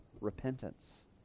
repentance